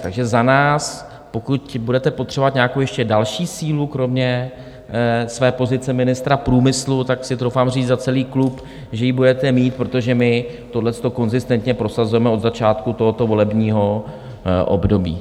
Takže za nás, pokud budete potřebovat nějakou ještě další sílu kromě své pozice ministra průmyslu, tak si troufám říct za celý klub, že ji budete mít, protože my tohle konzistentně prosazujeme od začátku tohoto volebního období.